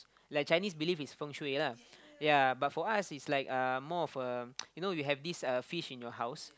like Chinese believe is feng-shui lah ya but for us is like uh more of a you know you have this fish in your house